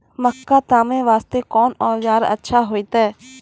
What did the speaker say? मक्का तामे वास्ते कोंन औजार अच्छा होइतै?